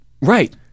Right